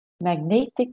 magnetic